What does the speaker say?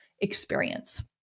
experience